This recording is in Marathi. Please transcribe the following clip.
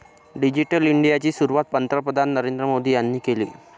डिजिटल इंडियाची सुरुवात पंतप्रधान नरेंद्र मोदी यांनी केली